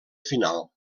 final